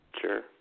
Sure